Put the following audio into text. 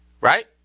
right